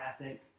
ethic